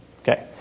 Okay